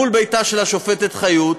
מול ביתה של השופטת חיות,